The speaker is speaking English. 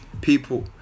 people